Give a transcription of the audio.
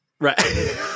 Right